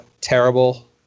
terrible